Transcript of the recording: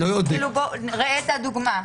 ראה את הדוגמה.